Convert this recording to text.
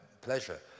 pleasure